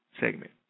segment